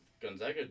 Gonzaga